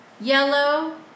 yellow